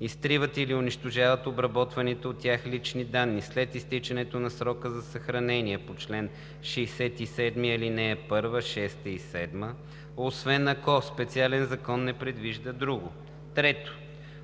изтриват или унищожават обработваните от тях лични данни след изтичането на срока за съхранение по чл. 67, ал. 1, 6 и 7, освен ако специален закон не предвижда друго.“ 3.